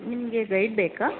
ನಿಮಗೆ ಗೈಡ್ ಬೇಕಾ